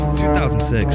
2006